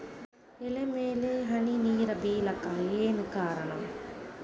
ಎಲೆ ಮ್ಯಾಲ್ ಹನಿ ನೇರ್ ಬಿಳಾಕ್ ಏನು ಕಾರಣ?